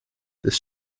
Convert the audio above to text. this